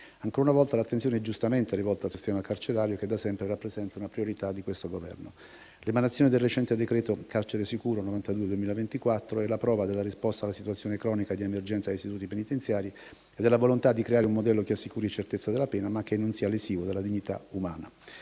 Ancora una volta l'attenzione è giustamente rivolta al sistema carcerario, che da sempre rappresenta una priorità di questo Governo. L'emanazione del recente decreto "carcere sicuro", n. 92 del 2024, è la prova della risposta alla situazione cronica di emergenza degli istituti penitenziari e della volontà di creare un modello che assicuri certezza della pena, ma che non sia lesivo della dignità umana.